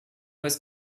was